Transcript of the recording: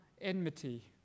enmity